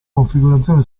configurazione